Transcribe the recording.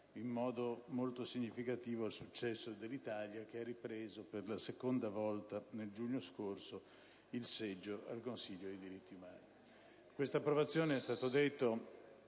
in modo molto significativo al successo dell'Italia, che ha ripreso per la seconda volta nel giugno scorso il seggio al Consiglio dei diritti umani.